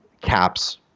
Caps